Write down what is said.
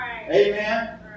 Amen